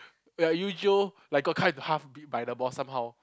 where Eugeo like got cut into half beat by the boss somehow